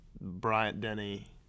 Bryant-Denny